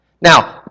Now